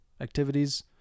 activities